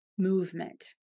Movement